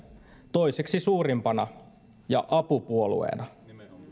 toiseksi suurimpana ja apupuolueena